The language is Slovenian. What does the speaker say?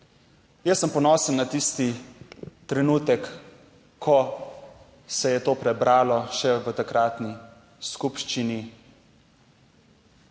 Jaz sem ponosen na tisti trenutek, ko se je to prebralo še v takratni skupščini,